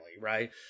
right